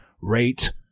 rate